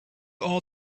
all